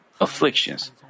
afflictions